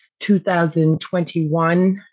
2021